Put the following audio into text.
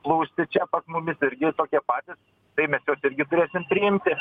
plūsti čia pas mumis irgi tokie patys tai mes juos irgi turėsim priimti